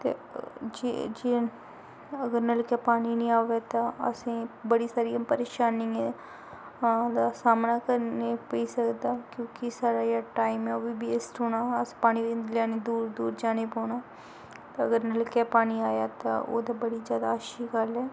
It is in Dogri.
ते जे जे अगर नलके पानी निं आवै तां असें गी बड़ी सारियें परेशानियें नाल सामना करने पेई सकदा क्योंकि साढ़ा जेह्ड़ा टाईम ऐ ओह् बी वेस्ट होना अस पानी लैने गी दूर दूर जाने पौना अगर नलके पानी आया तां ओह् ते बड़ी जैदा अच्छी गल्ल ऐ